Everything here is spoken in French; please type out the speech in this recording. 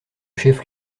chef